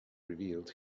revealed